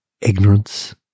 ignorance